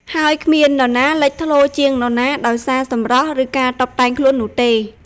ហើយគ្មាននរណាលេចធ្លោជាងនរណាដោយសារសម្រស់ ឬការតុបតែងខ្លួននោះទេ។